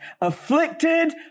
Afflicted